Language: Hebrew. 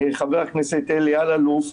חבר הכנסת אלי אללוף,